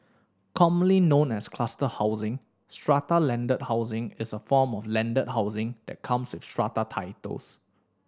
commonly known as cluster housing strata landed housing is a form of landed housing that comes with strata titles